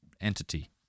entity